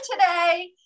today